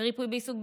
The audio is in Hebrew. ריפוי בעיסוק,